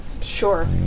Sure